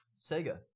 Sega